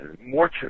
More